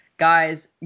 Guys